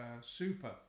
super